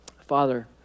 Father